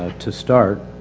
to start